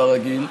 כרגיל,